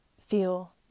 feel